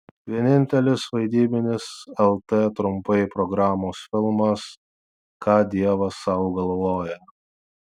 vienintelis vaidybinis lt trumpai programos filmas ką dievas sau galvoja